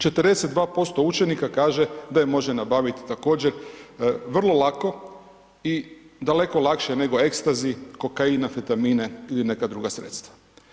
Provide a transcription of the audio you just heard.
42% učenika kaže da je može nabavit također vrlo lako i daleko lakše nego ekstazi, kokain, amfetamine ili neka druga sredstva.